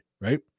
right